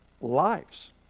lives